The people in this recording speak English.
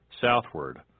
southward